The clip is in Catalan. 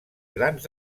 grans